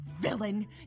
villain